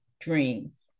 dreams